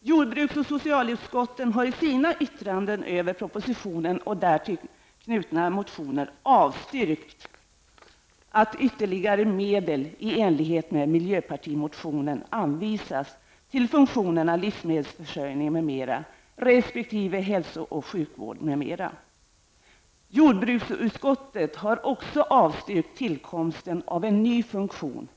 Jordbruks och socialutskotten har i sina yttranden över propositionen och därtill knutna motioner avstyrkt att ytterligare medel i enlighet med miljöpartimotionen anvisas till funktionerna Livsmedelsförsörjning m.m. resp. Hälso och sjukvård m.m. Jordbruksutskottet har också avstyrkt tillkomsten av en ny funktion,